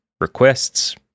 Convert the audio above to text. requests